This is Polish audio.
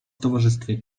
towarzystwie